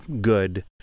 good